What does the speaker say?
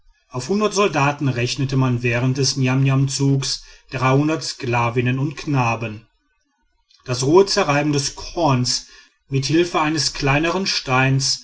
auf hundert soldaten rechnete man während des niamniamzugs sklavinnen und knaben das rohe zerreiben des korns mit hilfe eines kleinern steins